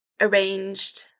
arranged